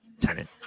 tenant